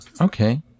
Okay